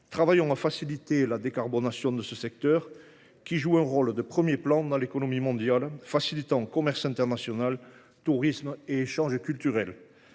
Travaillons à faciliter la décarbonation de ce secteur, qui joue un rôle de premier plan dans l’économie mondiale, en facilitant le commerce international, le tourisme et les échanges culturels.